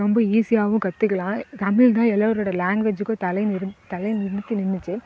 ரொம்ப ஈஸியாகவும் கற்றுக்குலாம் தமிழ்தான் எல்லோரோட லேங்வெஜ்ஜுக்கும் தலை நிறும் தலை நிமிர்த்தி நின்றுச்சி